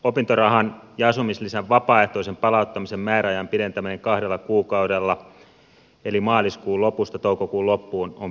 opintorahan ja asumislisän vapaaehtoisen palauttamisen määräajan pidentäminen kahdella kuukaudella eli maaliskuun lopusta toukokuun loppuun on perusteltu